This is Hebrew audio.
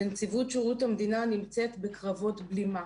ונציבות שירות המדינה נמצאת בקרבות בלימה.